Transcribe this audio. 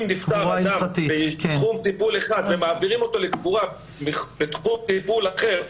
אם נפטר אדם בתחום טיפול אחד ומעבירים אותו לקבורה בתחום טיפול אחר,